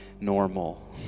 normal